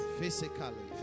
physically